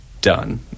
done